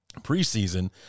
preseason